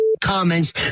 comments